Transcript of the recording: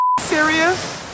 serious